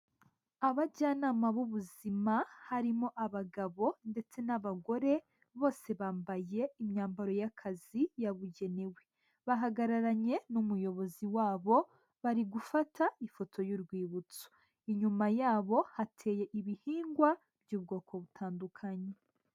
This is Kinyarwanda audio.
Abajyanama b'ubuzima harimo abagabo ndetse n'abagore, bose bambaye imyambaro y'akazi yabugenewe, bahagararanye n'umuyobozi wabo, bari gufata ifoto y'urwibutso, inyuma yabo hateye ibihingwa by'ubwoko butandukanye.